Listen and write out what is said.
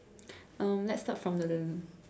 um let's start from the